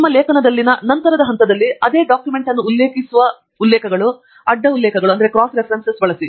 ನಿಮ್ಮ ಲೇಖನದಲ್ಲಿನ ನಂತರದ ಹಂತದಲ್ಲಿ ಅದೇ ಡಾಕ್ಯುಮೆಂಟ್ ಅನ್ನು ಉಲ್ಲೇಖಿಸಲು ಉಲ್ಲೇಖಗಳು ಅಡ್ಡ ಉಲ್ಲೇಖಗಳು ಬಳಸಿ